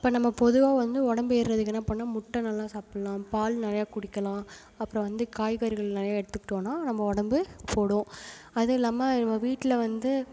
இப்போ நம்ம பொதுவாக வந்து உடம்பு ஏர்றதுக்கு என்ன பண்ணும் முட்டை நல்லா சாப்புடலாம் பால் நிறையா குடிக்கலாம் அப்புறம் வந்து காய்கறிகள் நிறையா எடுத்துக்கிட்டோன்னா நம்ம உடம்பு போடும் அதுவும் இல்லாமல் நம்ம வீட்டில வந்து